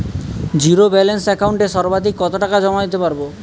Zero balance একাউন্টে সর্বাধিক কত টাকা জমা দিতে পারব?